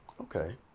Okay